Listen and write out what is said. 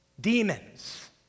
demons